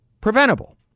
preventable